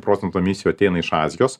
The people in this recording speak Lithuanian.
procentų emisijų ateina iš azijos